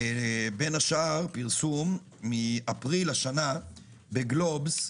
בין השאר פרסום מאפריל השנה בגלובס,